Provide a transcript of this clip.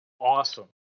awesome